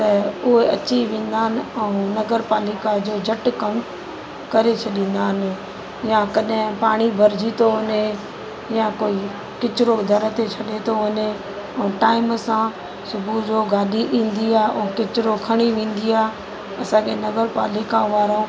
त उहे अची वेंदा आहिनि ऐं नगर पालिका जो झटि कम करे छॾींदा आहिनि या कॾहिं पाणी भरिजी थो वञे या कोई कचिरो दर ते छॾे थो वञे ऐं टाइम सां सुबुह जो गाॾी ईंदी आहे ऐं कचिरो खणी वेंदी आहे असांखे नगर पालिका वारा